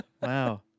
Wow